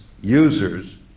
users